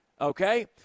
okay